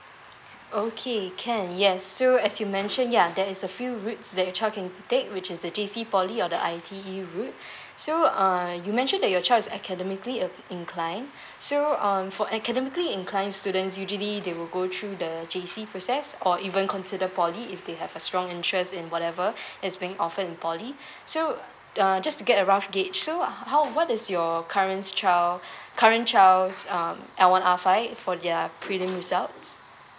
okay can yes so as you mention ya there's a few routes that your child can take which is the J_C poly or the I_T_E route so uh you mentioned that your choice academically uh incline so um for academically inclined students usually they will go through the J_C process or even consider poly if they have a strong interest in whatever it's being offer in poly so uh just to get a rough gauge so how what is your current child current child um L one R five for their prelim results